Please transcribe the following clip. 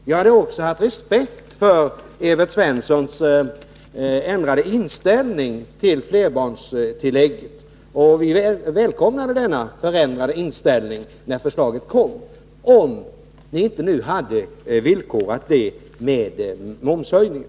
Jag skulle också ha haft respekt för Evert Svenssons ändrade inställning till flerbarnstillägget — vi välkomnade denna förändrade inställning när förslaget lades fram — om ni nu inte hade villkorat det hela med momshöjningen.